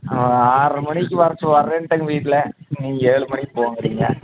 ஆறரை மணிக்கு வர வரேனுட்டேங்க வீட்டில் நீங்கள் ஏழு மணிக்கு போங்கிறீங்க